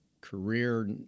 career